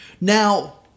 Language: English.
now